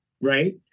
right